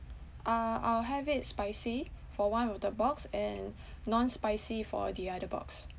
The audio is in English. uh I'll have it spicy for one of the box and non spicy for the other box